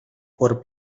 por